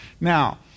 Now